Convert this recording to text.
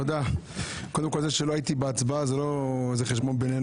קודם כל, זה שלא הייתי בהצבעה זה חשבון בינינו.